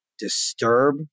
disturb